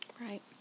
Right